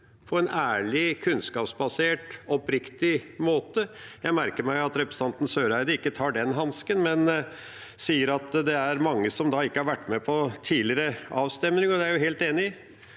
på en ærlig, kunnskapsbasert og oppriktig måte. Jeg merker meg at representanten Søreide ikke tar den hansken, men sier at det er mange som ikke har vært med på tidligere avstemninger – og det er jeg helt enig i